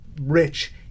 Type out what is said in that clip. Rich